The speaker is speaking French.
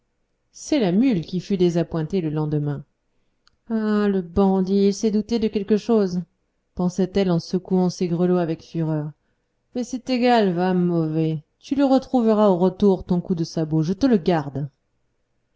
c'est la mule qui fut désappointée le lendemain ah le bandit il s'est douté de quelque chose pensait-elle en secouant ses grelots avec fureur mais c'est égal va mauvais tu le retrouveras au retour ton coup de sabot je te le garde